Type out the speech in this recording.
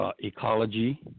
ecology